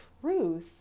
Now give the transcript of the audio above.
truth